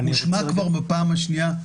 המונח הזה מושמע כאן כבר בפעם השנייה,